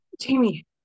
Jamie